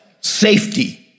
safety